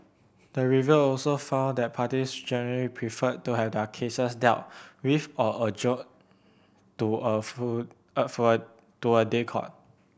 the review also found that parties generally preferred to have their cases dealt with or adjourned to a full a to a day court